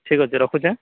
ଠିକ ଅଛି ରଖୁଛି